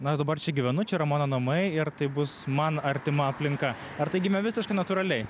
na aš dabar čia gyvenu čia yra mano namai ir tai bus man artima aplinka ar tai gimė visiškai natūraliai